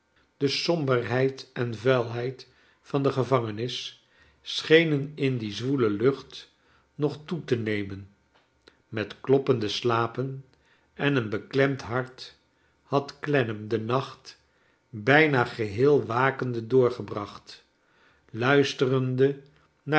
de somberheid en vuilheid van de gevangenis schenen in die zwoele lucht nog toe te nemen met kloppende slapen en een beklemd hart had clennam den nacht bijna geheel wakende doorgebracht luisterende naar